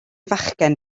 fachgen